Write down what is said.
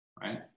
right